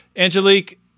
Angelique